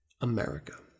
America